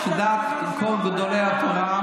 את פשוט תתביישי.